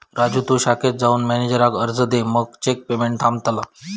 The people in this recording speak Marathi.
राजू तु शाखेत जाऊन मॅनेजराक अर्ज दे मगे चेक पेमेंट थांबतला